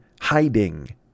hiding